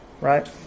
Right